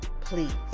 Please